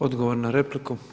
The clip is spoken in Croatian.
Odgovor na repliku.